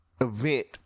event